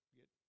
get